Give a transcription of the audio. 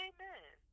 Amen